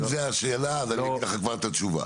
אם זה השאלה אז אני אתן לך כבר את התשובה,